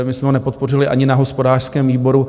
My jsme ho nepodpořili ani na hospodářském výboru.